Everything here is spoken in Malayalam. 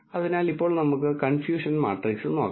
അതിനാൽ ഇപ്പോൾ നമുക്ക് കൺഫ്യൂഷൻ മാട്രിക്സ് നോക്കാം